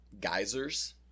geysers